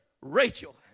Rachel